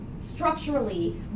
structurally